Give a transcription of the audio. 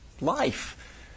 life